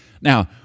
Now